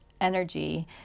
energy